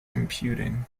computing